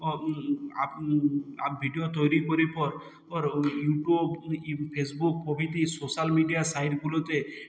ও আপ আপ ভিডিও তৈরি করে পর পর ও ইউটুব ইম ফেসবুক প্রভূতি সোশাল মিডিয়া সাইটগুলোতে